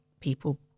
people